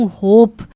hope